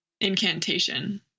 incantation